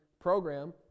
program